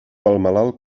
malalt